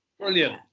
brilliant